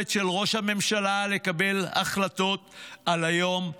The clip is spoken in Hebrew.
היכולת של ראש הממשלה לקבל החלטות על היום שאחרי,